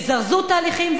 יזרזו תהליכים.